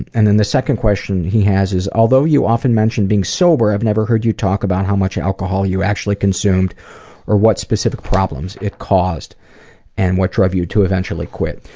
and then the second question he has is although you often mention being sober, i've never heard you talk about how much alcohol you actually consumed or what specific problems it caused and what drove you to eventually quit.